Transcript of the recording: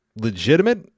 legitimate